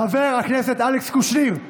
חבר הכנסת אלכס קושניר,